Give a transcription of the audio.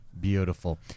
beautiful